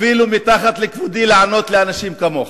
אפילו מתחת לכבודי לענות לאנשים כמוך.